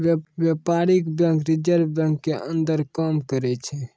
व्यपारीक bank reserve bank के अंदर काम करै छै